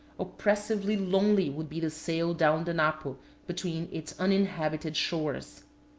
oppressively lonely would be the sail down the napo between its uninhabited shores.